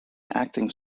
acting